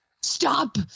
Stop